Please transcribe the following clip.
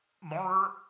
more